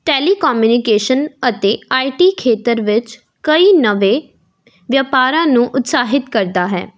telecommunication ਅਤੇ I T ਖੇਤਰ ਵਿੱਚ ਕਈ ਨਵੇਂ ਵਪਾਰਾਂ ਨੂੰ ਉਤਸ਼ਾਹਿਤ ਕਰਦਾ ਹੈ